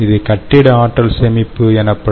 இது கட்டிட ஆற்றல் சேமிப்பு எனப்படும்